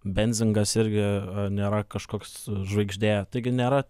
benzingas irgi nėra kažkoks žvaigždė taigi nėra